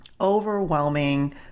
Overwhelming